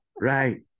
Right